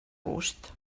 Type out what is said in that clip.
gust